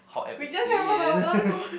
we just have one hour ago